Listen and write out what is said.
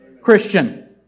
Christian